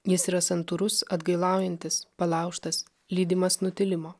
jis yra santūrus atgailaujantis palaužtas lydimas nutilimo